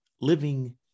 living